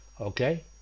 Okay